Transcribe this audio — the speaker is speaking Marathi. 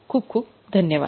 खूप खूप धन्यवाद